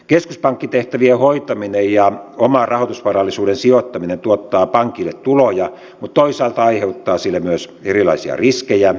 keskuspankkitehtävien hoitaminen ja oman rahoitusvarallisuuden sijoittaminen tuottaa pankille tuloja mutta toisaalta aiheuttaa sille myös erilaisia riskejä